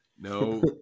no